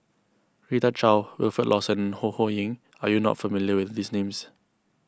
Rita Chao Wilfed Lawson and Ho Ho Ying are you not familiar with these names